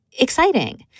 exciting